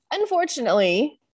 Unfortunately